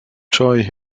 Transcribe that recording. joy